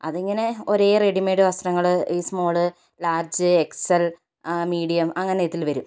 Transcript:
അതിങ്ങനെ ഒരേ റെഡിമേഡ് വസ്ത്രങ്ങള് ഈ സ്മോള് ലാർജ് എക്സെൽ മീഡിയം അങ്ങനെ ഇതില് വരും